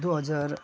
दुई हजार